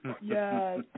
Yes